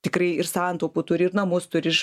tikrai ir santaupų turi ir namus turi ir iš